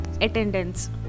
attendance